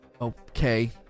Okay